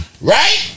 Right